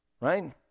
right